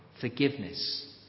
Forgiveness